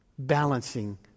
Balancing